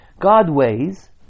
God-weighs